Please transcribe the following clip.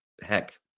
Heck